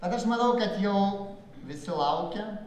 bet aš manau kad jau visi laukia